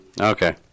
Okay